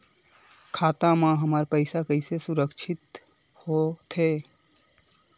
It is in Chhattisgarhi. खाता मा हमर पईसा सुरक्षित कइसे हो थे?